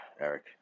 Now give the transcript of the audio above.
Eric